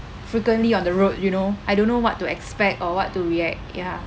frequently on the road you know I don't know what to expect or what to react ya